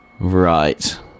Right